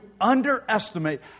underestimate